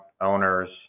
owners